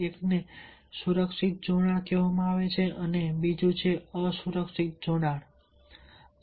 એકને સુરક્ષિત જોડાણ કહેવામાં આવે છે અને બીજું અસુરક્ષિત જોડાણ કહેવાય છે